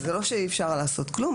זה לא שאי אפשר לעשות כלום.